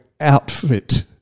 outfit